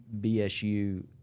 BSU